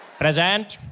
present!